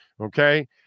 Okay